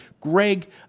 Greg